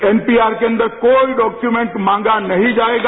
एनपीवार के अंदर कोई डॉक्चमेंट मांगा नहीं जाएगा